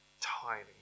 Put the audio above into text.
tiny